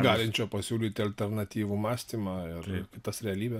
galinčio pasiūlyti alternatyvų mąstymą ir tas realybę